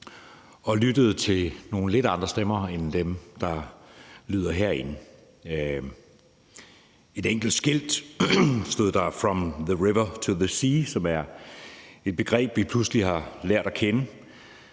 og lyttede til nogle lidt andre stemmer end dem, der lyder herinde. På et enkelt skilt stod der: »From the river to the sea«. Det er et begreb, vi pludselig har lært at kende.